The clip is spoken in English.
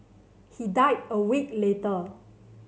he died a week later